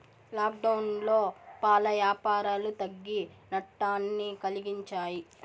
లాక్డౌన్లో పాల యాపారాలు తగ్గి నట్టాన్ని కలిగించాయి